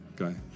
Okay